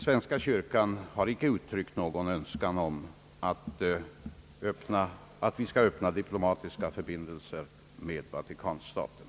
Svenska kyrkan har därvid inte uttryckt någon önskan om att vi skall öppna diplomatiska förbindelser med Vatikanstaten.